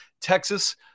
Texas